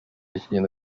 kigenda